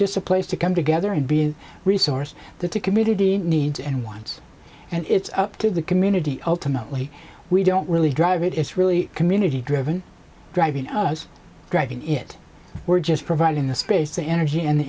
just a place to come together and be a resource that to community needs and wants and it's up to the community ultimately we don't really drive it it's really community driven driving us driving it we're just providing the space the energy and the